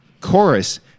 chorus